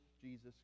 Jesus